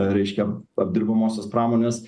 reiškia apdirbamosios pramonės